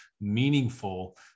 meaningful